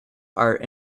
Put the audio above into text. are